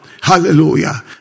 Hallelujah